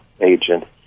agent